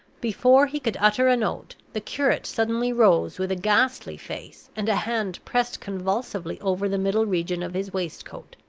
before he could utter a note, the curate suddenly rose, with a ghastly face, and a hand pressed convulsively over the middle region of his waistcoat.